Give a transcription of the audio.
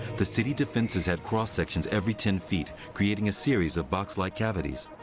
the city defenses had cross sections every ten feet, creating a series of box-like cavities.